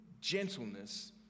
gentleness